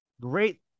great